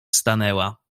stanęła